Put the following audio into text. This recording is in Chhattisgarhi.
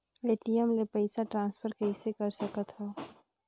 ए.टी.एम ले पईसा ट्रांसफर कइसे कर सकथव?